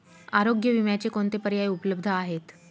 आरोग्य विम्याचे कोणते पर्याय उपलब्ध आहेत?